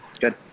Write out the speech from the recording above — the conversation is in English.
Good